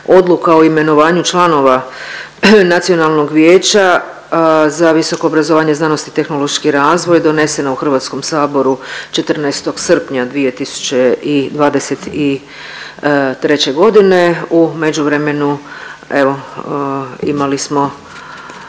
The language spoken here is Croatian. odluka o imenovanju članova Nacionalnog vijeća za visoko obrazovanje, znanost i tehnološki razvoj donesena u HS-u 14. srpnja 2023. g., u međuvremenu, evo, imali smo,